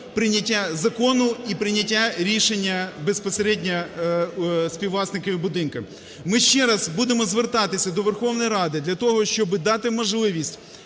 прийняття закону і прийняття рішення безпосередньо співвласниками будинків. Ми ще раз будемо звертатися до Верховної Ради для того, щоб дати можливість